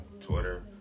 Twitter